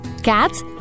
Cats